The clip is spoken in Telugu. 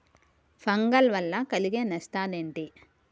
ఫంగల్ వల్ల కలిగే నష్టలేంటి?